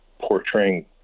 portraying